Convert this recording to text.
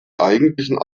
eigentlichen